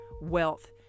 wealth